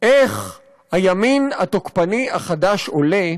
איך הימין התוקפני החדש עולה,